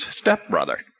stepbrother